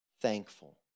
thankful